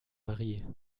marie